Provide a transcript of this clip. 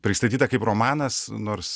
pristatyta kaip romanas nors